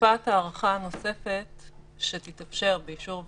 תקופת ההארכה הנוספת שתתאפשר באישור ועדה,